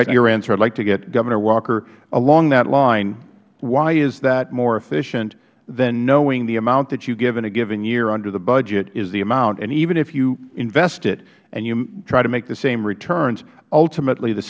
have your answer i would like to get governor walker along that line why is that more efficient than knowing the amount that you give in a given year under the budget is the amount and even if you invest it and you try to make the same returns ultimately the